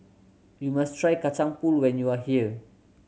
you must try Kacang Pool when you are here